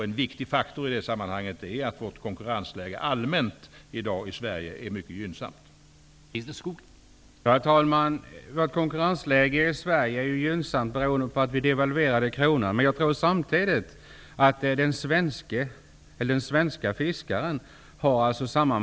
En viktig faktor i det sammanhanget är att vårt konkurrensläge allmänt i Sverige är mycket gynnsamt i dag.